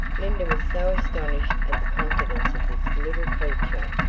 linda was so astonished at the confidence of this little creature.